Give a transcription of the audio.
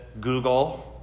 Google